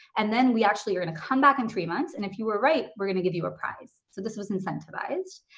and then we actually are gonna come back in three months and if you were right, we're gonna give you a prize. so this was incentivized.